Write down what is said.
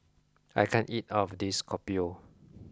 I can't eat all of this kopi O